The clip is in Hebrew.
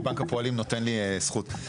ידידי, בנק הפועלים נותן לי זכות.